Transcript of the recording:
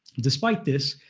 despite this,